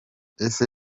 ese